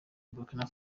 burkina